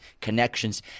connections